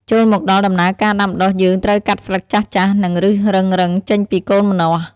ចូលមកដល់ដំណើរការដាំដុះយើងត្រូវកាត់ស្លឹកចាស់ៗ និងឫសរឹងៗចេញពីកូនម្នាស់។